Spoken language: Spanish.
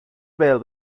bell